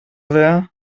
wer